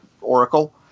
Oracle